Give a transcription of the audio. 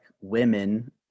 women